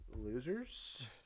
losers